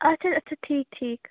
اچھا اچھا ٹھیٖک ٹھیٖک